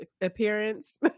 appearance